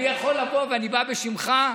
אני יכול לבוא, ואני בא בשמך,